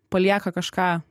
palieka kažką